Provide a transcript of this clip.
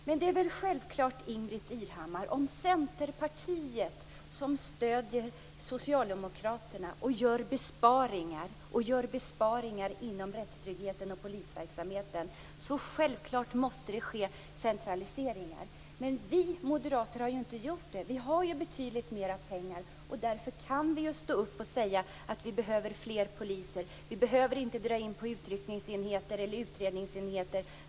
Men det är väl självklart, Ingbritt Irhammar, att om Centerpartiet stöder Socialdemokraterna och gör besparingar inom rättstryggheten och polisverksamheten måste det ske centraliseringar. Men vi moderater har ju inte gjort det. Vi har ju betydligt mer pengar och därför kan vi stå upp och säga att vi behöver fler poliser. Vi behöver inte dra in på utryckningsenheter eller utredningsenheter.